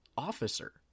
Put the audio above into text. officer